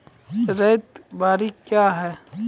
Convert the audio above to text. रैयत बाड़ी क्या हैं?